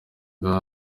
kuri